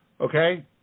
okay